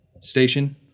station